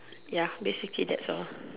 ya basically that's all